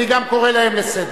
אני גם קורא להם לסדר.